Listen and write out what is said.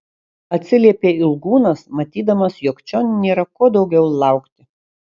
atsiliepė ilgūnas matydamas jog čion nėra ko daugiau laukti